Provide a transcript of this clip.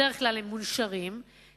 בדרך כלל הם מונשרים לרחוב,